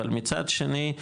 אבל מצד שני,